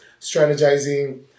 strategizing